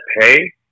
pay